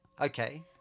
Okay